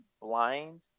blind